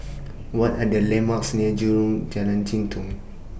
What Are The landmarks near Jalan Jitong